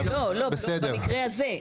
לא, לא, במקרה הזה.